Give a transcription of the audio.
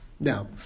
Now